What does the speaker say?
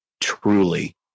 Truly